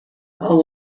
how